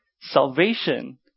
salvation